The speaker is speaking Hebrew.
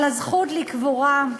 על הזכות לקבורה,